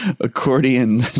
accordion